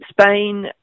Spain